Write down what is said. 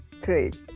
great